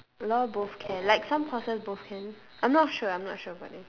law both can like some courses both can I'm not sure I'm not sure about this